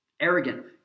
arrogant